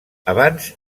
abans